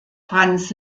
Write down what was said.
franz